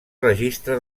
registre